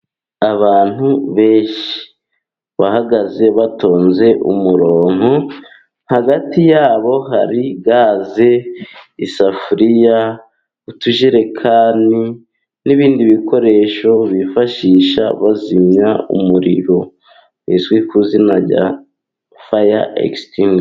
Abantu benshi bahagaze batonze umurongo, hagati yabo hari gaze, isafuriya, utujerekani, n'ibindi bikoresho bifashisha bazimya umuriro uzwi ku izina rya faya egisitingwisha.